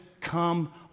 come